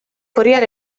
corriere